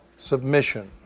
submission